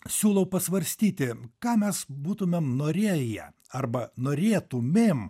siūlau pasvarstyti ką mes būtumėm norėję arba norėtumėm